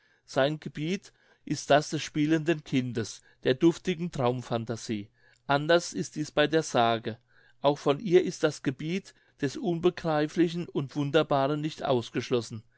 sein gebiet ist das des spielenden kindes der duftigen traum phantasie anders ist dies bei der sage auch von ihr ist das gebiet des unbegreiflichen und wunderbaren nicht ausgeschlossen